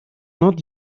not